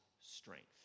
strength